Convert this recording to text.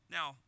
Now